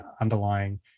underlying